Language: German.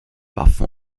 waffen